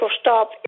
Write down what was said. stop